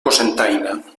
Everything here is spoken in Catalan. cocentaina